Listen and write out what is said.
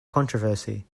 controversy